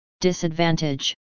Disadvantage